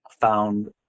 found